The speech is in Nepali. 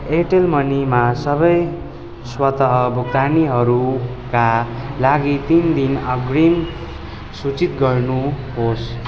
एयरटेल मनीमा सबै स्वत भुक्तानीहरूका लागि तिन दिन अग्रिम सूचित गर्नुहोस्